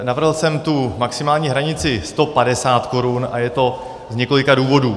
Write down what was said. Navrhl jsem tu maximální hranici 150 korun a je to z několika důvodů.